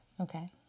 Okay